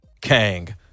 Kang